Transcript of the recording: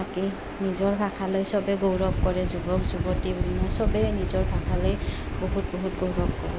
থাকি নিজৰ ভাষালৈ চবে গৌৰৱ কৰে যুৱক যুৱতী বনোৱা চবেই নিজৰ ভাষালৈ বহুত বহুত গৌৰৱ কৰে